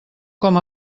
com